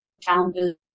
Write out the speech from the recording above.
challenges